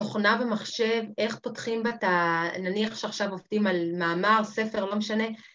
‫מכונה ומחשב, איך פותחים בה, ‫נניח שעכשיו עובדים על מאמר, ספר, לא משנה.